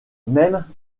même